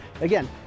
Again